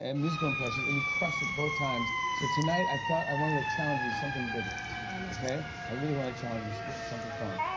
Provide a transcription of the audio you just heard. and musical impressions, and you crushed it both times. so tonight i thought i wanted to challenge you with something bigger, and okay? i really want to challenge you with something fun.